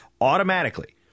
automatically